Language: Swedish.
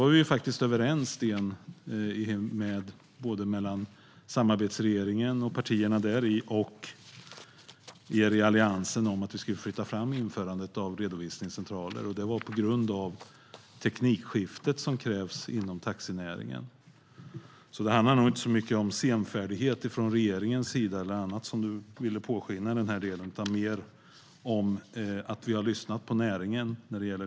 Vi var ju faktiskt överens, både partierna i samarbetsregeringen och Alliansen, om att vi skulle flytta fram införandet av redovisningscentraler. Det var på grund av teknikskiftet som krävs inom taxinäringen. Det handlar alltså inte så mycket om senfärdighet från regeringens sida eller något annat som Sten Bergheden ville påskina utan mer om att vi har lyssnat på näringen.